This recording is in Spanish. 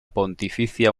pontificia